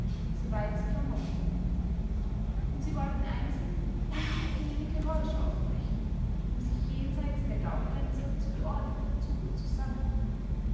soweit sie vermochten und sie wollten einzeln und mit wenig geräusch aufbrechen um sich jenseit der gaugrenze zu geordnetem zuge zu sammeln